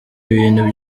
ibintu